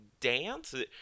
dance